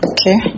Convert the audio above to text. Okay